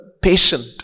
patient